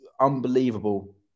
unbelievable